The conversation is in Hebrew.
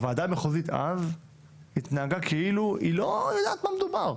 הוועדה המחוזית אז התנהגה כאילו היא לא יודעת על מה מדובר,